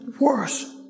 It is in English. worse